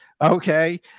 okay